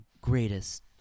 greatest